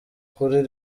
kuri